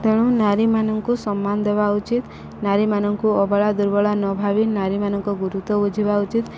ତେଣୁ ନାରୀମାନଙ୍କୁ ସମ୍ମାନ ଦେବା ଉଚିତ୍ ନାରୀମାନଙ୍କୁ ଅବଳା ଦୁର୍ବଳା ନ ଭାବି ନାରୀମାନଙ୍କ ଗୁରୁତ୍ୱ ବୁଝିବା ଉଚିତ୍